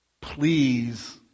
please